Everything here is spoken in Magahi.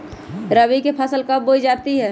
रबी की फसल कब बोई जाती है?